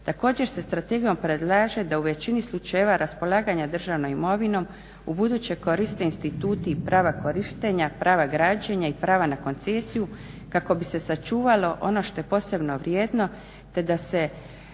Također se strategijom predlaže da u većini slučajeva raspolaganja državnom imovinom ubuduće koriste instituti i prava korištenja, prava građenja i prava na koncesiju kako bi se sačuvalo ono što je posebno vrijedno te da se